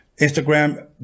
Instagram